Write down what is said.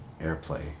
AirPlay